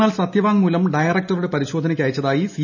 എന്നാൽ സത്യവാങ്മൂലം ഡയറക്ടറുടെ പരിശോധനയ്ക്ക് അയച്ചതായി സി